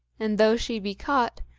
and though she be caught,